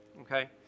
okay